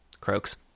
croaks